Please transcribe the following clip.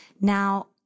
Now